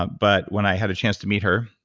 but when i had a chance to meet her,